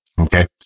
Okay